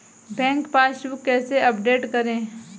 Bank passbook कैसे update करें?